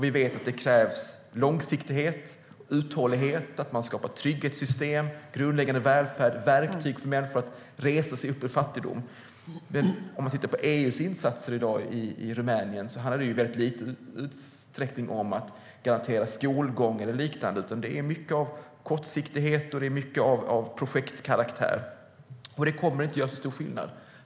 Vi vet att det krävs långsiktighet och uthållighet. Man måste skapa trygghetssystem, grundläggande välfärd och verktyg för människor att resa sig upp ur fattigdom. EU:s insatser i dag i Rumänien handlar dock i väldigt liten utsträckning om att garantera skolgång eller liknande. Det är mycket som är kortsiktigt och av projektkaraktär. Detta kommer inte att göra så stor skillnad.